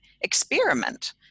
experiment